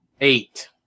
Eight